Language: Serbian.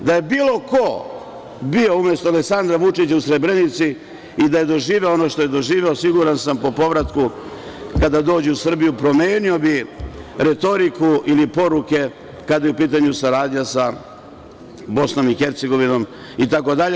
Da je bilo ko bio umesto Aleksandra Vučića u Srebrenici i da je doživeo ono što je doživeo, siguran sam po povratku kada dođe u Srbiju, promenio bi retoriku ili poruke kada je u pitanju saradnja sa BiH, itd.